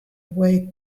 way